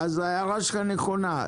ההערה שלך נכונה.